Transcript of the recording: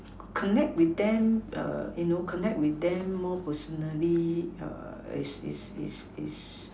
connect with them err you know connect with them more personally err is is is is